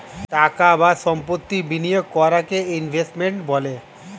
টাকা বা সম্পত্তি বিনিয়োগ করাকে ইনভেস্টমেন্ট বলে